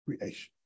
creation